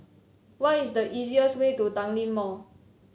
what is the easiest way to Tanglin Mall